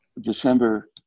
December